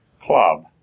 club